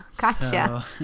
gotcha